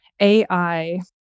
AI